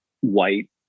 white